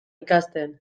ikasten